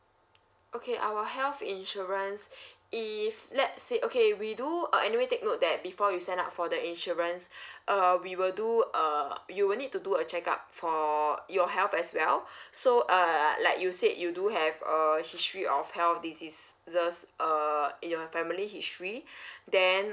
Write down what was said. okay our health insurance if let say okay we do uh anyway take note that before you sign up for the insurance uh we will do uh you will need to do a check up for your health as well so err like you said you do have a history of health diseases err in your family history then